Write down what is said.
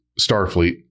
Starfleet